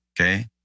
Okay